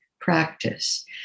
practice